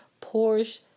Porsche